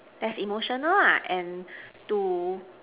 as emotional are and to